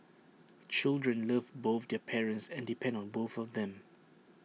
children love both their parents and depend on both of them